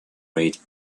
rate